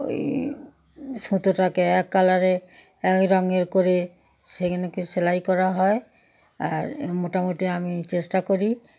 ওই সুতোটাকে এক কালারে এক রঙের করে সেগুলোকে সেলাই করা হয় আর মোটামুটি আমি চেষ্টা করি